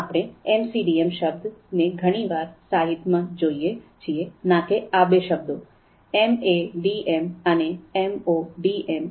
આપણે એમસીડીએમ શબ્દ ને ઘણી વાર સાહિત્યમાં જોયીયે છીએ ના કે આ બે શબ્દો એમએડીએમ અને એમઓડીએમ